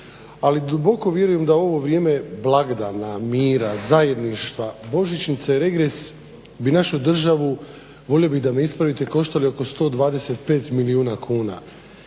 ali duboko vjerujem da ovo vrijeme blagdana, mira, zajedništva, božićnica i regres bi našu državu volio bih da me ispravite koštali oko 125 milijuna kuna